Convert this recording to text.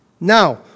Now